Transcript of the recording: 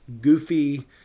goofy